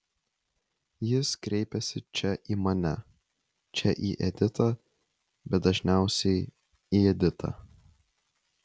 jis kreipiasi čia į mane čia į editą bet dažniausiai į editą